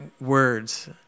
words